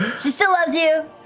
still loves you,